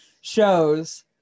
shows